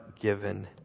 given